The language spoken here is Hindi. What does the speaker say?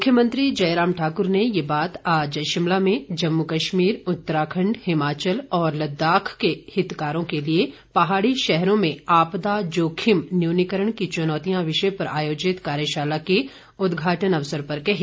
मुख्यमंत्री जयराम ठाकुर ने ये बात आज शिमला में जम्मू कश्मीर उत्तराखण्ड हिमाचल और लद्दाख के हितकरों के लिए पहाड़ी शहरों में आपदा जोखिम न्यूनीकरण की चुनौतियां विषय पर आयोजित कार्यशाला के उदघाटन अवसर पर कही